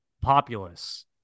populace